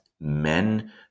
men